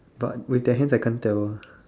but with the hands I can't tell